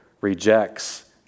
rejects